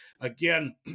again